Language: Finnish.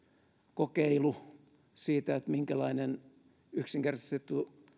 kokeilu siitä minkälainen tavallaan yksinkertaistettu